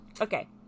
Okay